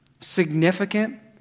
significant